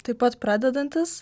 taip pat pradedantys